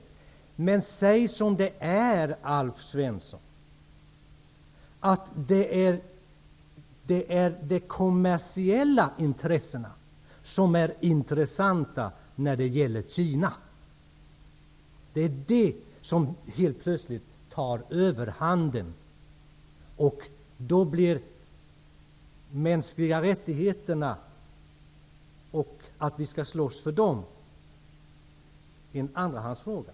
Men säg som det är, Alf Svensson! Det är de kommersiella aspekterna som är intressanta när det gäller Kina. Det är de som helt plötsligt tar överhanden, och då blir vår kamp för de mänskliga rättigheterna en andrahandsfråga.